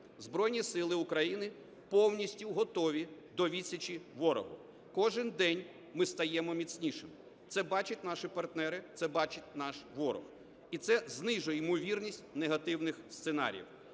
Збройні Сили України повністю готові до відсічі ворогу. Кожен день ми стаємо міцнішими. Це бачать наші партнери, це бачить наш ворог і це знижує імовірність негативних сценаріїв.